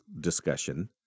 discussion